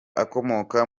akomoka